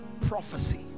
prophecy